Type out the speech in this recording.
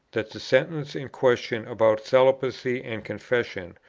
that the sentence in question about celibacy and confession,